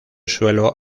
suelo